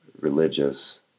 religious